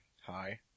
Hi